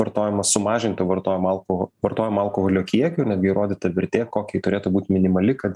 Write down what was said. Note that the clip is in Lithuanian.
vartojama sumažinti vartojamą alkohol vartojamą alkoholio kiekį netgi įrodyta vertė kokia ji turėtų būt minimali kad